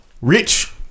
Rich